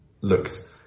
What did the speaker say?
looked